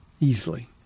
Easily